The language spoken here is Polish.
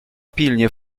pilnie